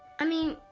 i mean,